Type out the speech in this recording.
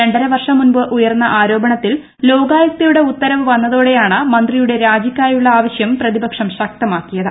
രണ്ടര വർഷം മുമ്പ് ഉയർന്ന ആരോപണത്തിൽ ലോകായുക്തയുടെ ഉത്തരവ് വന്നതോടെയാണ് മന്ത്രിയുടെ രാജിക്കായുള്ള ആവശ്യം പ്രതിപക്ഷം ശക്തമാക്കിത്